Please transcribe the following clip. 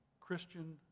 Christian